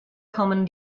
kommen